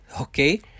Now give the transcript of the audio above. Okay